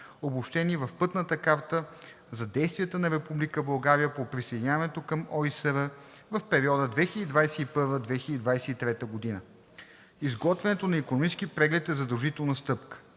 обобщени в Пътната карта за действията на Република България по присъединяването към ОИСР в периода 2021 – 2023 г. Изготвянето на икономически преглед е задължителна стъпка.